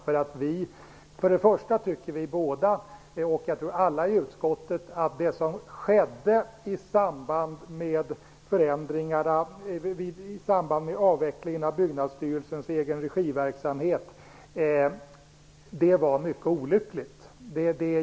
Både Per Olof Håkansson och jag -- och också alla andra i utskottet, tror jag -- är av den meningen att det som skedde i samband med avvecklingen av Byggnadsstyrelsens egen-regi-verksamhet var mycket olyckligt.